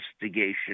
investigation